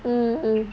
mm mm